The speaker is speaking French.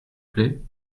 plait